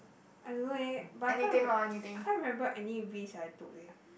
I don't know eh but I can't re~ I can't remember any risk I took eh